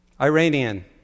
Iranian